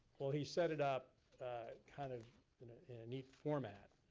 well he set it up kind of in a neat format.